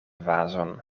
vazon